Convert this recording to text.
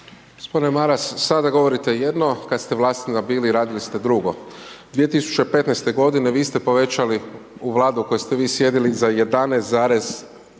Gospodine Maras, sada govorite jedno, kad ste na vlasti bili, radili ste drugo, 2015. godine vi ste povećali, u Vladi u kojoj ste vi sjedili za 11,94